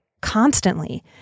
constantly